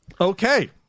Okay